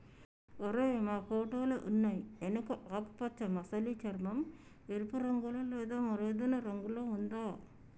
ఓరై మా ఫోటోలో ఉన్నయి ఎనుక ఆకుపచ్చ మసలి చర్మం, ఎరుపు రంగులో లేదా మరేదైనా రంగులో ఉందా